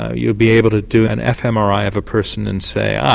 ah you'd be able to do an fmri of a person and say, ah,